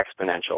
exponential